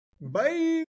Bye